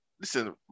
listen